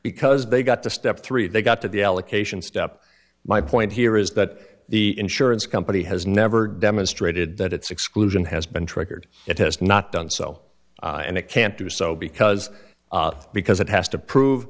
because they got to step three they got to the allocation step my point here is that the insurance company has never demonstrated that its exclusion has been triggered it has not done so and it can't do so because because it has to prove